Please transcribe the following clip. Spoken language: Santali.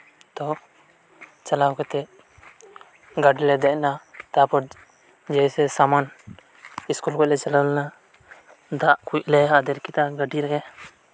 ᱛᱚ ᱪᱟᱞᱟᱣ ᱠᱟᱛᱮᱜ ᱜᱟᱹᱰᱤᱨᱮᱞᱮ ᱫᱮᱡ ᱱᱟ ᱛᱟᱯᱚᱨ ᱡᱮᱭᱥᱮ ᱥᱟᱢᱟᱱ ᱤᱥᱠᱩᱞ ᱠᱷᱚᱡᱞᱮ ᱪᱟᱞᱟᱣᱞᱮᱱᱟ ᱫᱟᱜᱠᱩᱡ ᱞᱮ ᱟᱫᱮᱨ ᱠᱮᱫᱟ ᱜᱟᱹᱰᱤᱨᱮ